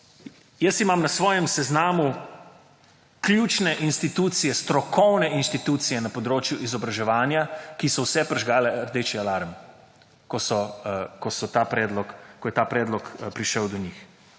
jaz imam na svojem seznamu ključne institucije, strokovne institucije na področju izobraževanja, ki so vse prižgale redeči alarm, ko je ta predlog prišel do njih.